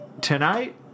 tonight